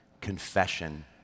confession